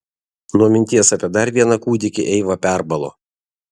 nuo minties apie dar vieną kūdikį eiva perbalo